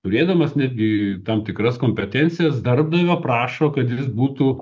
turėdamas netgi tam tikras kompetencijas darbdavio prašo kad jis būtų